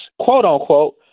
quote-unquote